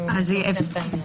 נסיים את עניין.